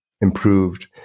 improved